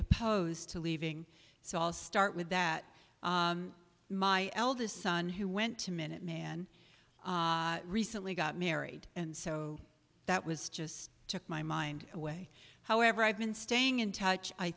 opposed to leaving so i'll start with that my eldest son who went to minuteman recently got married and so that was just took my mind away however i've been staying in touch i